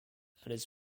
his